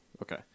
Okay